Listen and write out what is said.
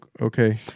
okay